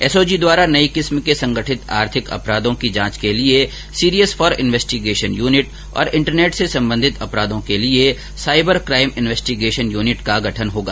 SOG द्वारा नई किस्म के संगठित आर्थिक अपराधों की जांच के लिए सीरियस फोर्र इन्वेस्टिगेशन यूनिट और इंटरनेट से संबंधित अपराधों के लिए साईबर काइम इन्वेस्टिगेशन यूनिट का गठन होगा